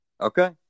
Okay